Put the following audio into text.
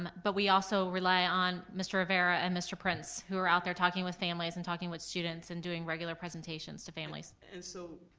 but we also rely on mr. rivera and mr. prince, who are out there talking with families and talking with students, and doing regular presentations to families. and so,